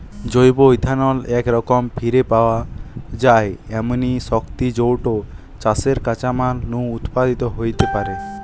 জৈব ইথানল একরকম ফিরে পাওয়া যায় এমনি শক্তি যৌটা চাষের কাঁচামাল নু উৎপাদিত হেইতে পারে